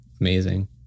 amazing